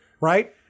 right